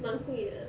蛮贵的